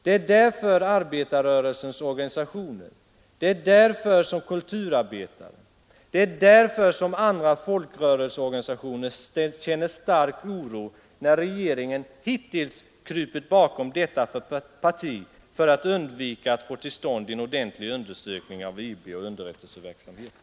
Det är därför som arbetarrörelsens organisationer, det är därför som kulturarbetare, det tarisk delegation för granskning av den militära underrättelsetjänsten